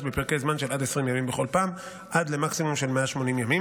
בפרקי זמן של עד 20 ימים בכל פעם עד למקסימום של 180 ימים,